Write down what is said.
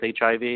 HIV